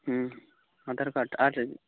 Aadhaar card